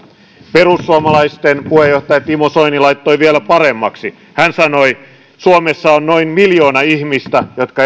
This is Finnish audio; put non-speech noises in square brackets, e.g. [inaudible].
perussuomalaisten puheenjohtaja timo soini laittoi vielä paremmaksi hän sanoi suomessa on noin miljoona ihmistä jotka [unintelligible]